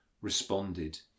responded